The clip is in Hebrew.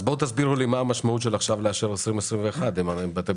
אז בואו תסבירו לי מה המשמעות של עכשיו לאשר 2021 אם אתם